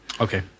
Okay